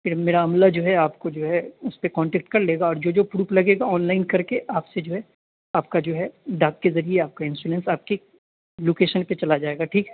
پھر میرا عملہ جو ہے آپ کو جو ہے اس پہ کونٹیکٹ کر لے گا اور جو جو پروپ لگے گا آنلائن کر کے آپ سے جو ہے آپ کا جو ہے ڈاک کے ذریعہ آپ کا انسورینس آپ کے لوکیشن پہ چلا جائے گا ٹھیک ہے